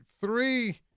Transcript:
three